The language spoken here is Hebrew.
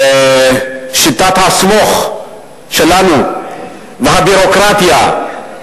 ושיטת ה"סמוך" שלנו והביורוקרטיה,